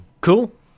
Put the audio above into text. Cool